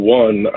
one